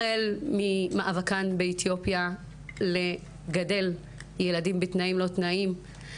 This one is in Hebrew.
החל ממאבקן באתיופיה לגדל ילדים בתנאים לא תנאים,